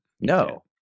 No